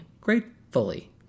gratefully